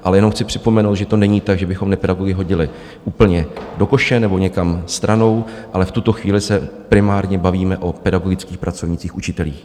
Ale jenom chci připomenout, že to není tak, že bychom nepedagogy hodili úplně do koše nebo někam stranou, ale v tuto chvíli se primárně bavíme o pedagogických pracovnících, učitelích.